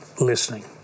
listening